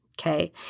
okay